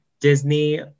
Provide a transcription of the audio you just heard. Disney